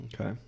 Okay